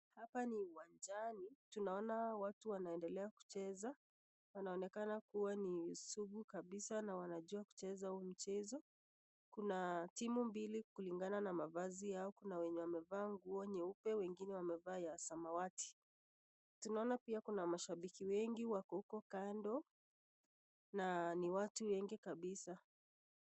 Hapa ni uwanjani tunaona watu wanaendelea kucheza inaonekana kuwa ni sugu kabisa na wanajua kucheza huu mchezo. Kuna timu mbili kulingana na mavazi yao kuna wenye wamevaa nguo nyeupe na wengine wamevaa ya samawati tunaona pia kuna mashabiki wengi wako huko kando na ni watu wengi kabisa.